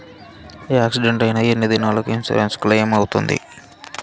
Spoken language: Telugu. యాక్సిడెంట్ అయిన ఎన్ని దినాలకు ఇన్సూరెన్సు క్లెయిమ్ అవుతుంది?